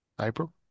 April